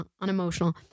unemotional